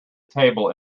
table